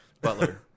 Butler